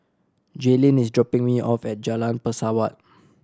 Jaylin is dropping me off at Jalan Pesawat